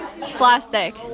Plastic